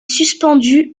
suspendu